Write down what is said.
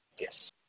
Yes